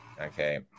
Okay